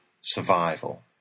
survival